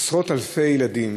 עשרות-אלפי ילדים